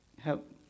help